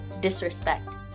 disrespect